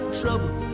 trouble